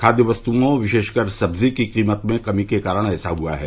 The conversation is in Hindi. खाद्य वस्तुओं विशेषकर सब्जी की कीमत में कमी के कारण ऐसा हुआ है